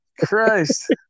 Christ